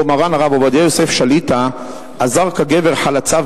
שבו מרן הרב עובדיה יוסף שליט"א אזר כגבר חלציו,